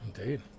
Indeed